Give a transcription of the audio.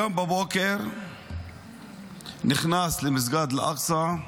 היום בבוקר הוא נכנס למסגד אל-אקצא,